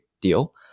deal